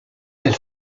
del